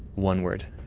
one word.